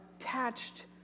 attached